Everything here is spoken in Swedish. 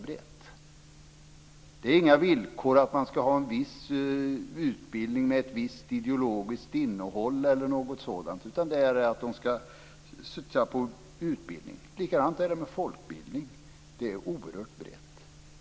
Det är inga villkor att de skall ha en viss utbildning med ett visst ideologiskt innehåll eller något sådant, utan de skall satsa på utbildning. Det är likadant med folkbildning. Det är oerhört brett.